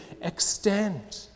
extend